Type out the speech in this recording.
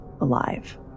alive